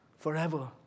forever